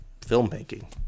filmmaking